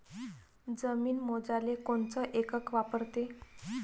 जमीन मोजाले कोनचं एकक वापरते?